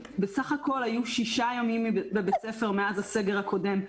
בסך הכול היו שישה ימים בבית ספר מאז הסגר הקודם.